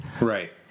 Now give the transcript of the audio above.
Right